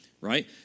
right